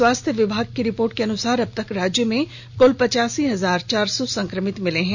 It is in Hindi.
स्वास्थ्य विभाग की रिपोर्ट के अनुसार अब तक राज्य में कल पचासी हजार चार सौ संक्रमित मिल चुके हैं